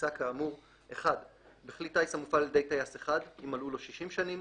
בטיסה כאמור - בכלי טיס המופעל על ידי טייס אחד - אם מלאו לו 60 שנים,